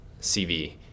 CV